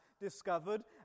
discovered